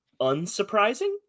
unsurprising